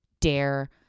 dare